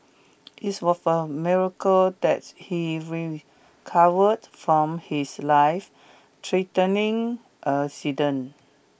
it miracle that he recovered from his lifethreatening accident